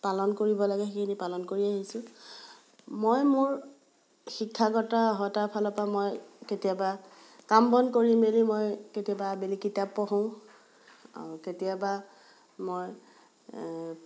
পালন কৰিব লাগে সেইখিনি পালন কৰি আহিছোঁ মই মোৰ শিক্ষাগত অৰ্হতা ফালৰ পৰা মই কেতিয়াবা কাম বন কৰি মেলি মই কেতিয়াবা আবেলি কিতাপ পঢ়োঁ কেতিয়াবা মই